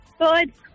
good